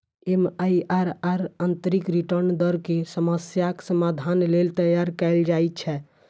MIRR आंतरिक return दर के समस्याक समाधान लेल तैयार कैल जाइ छै